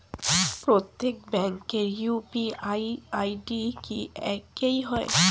প্রত্যেক ব্যাংকের UPI ID কি একই হয়?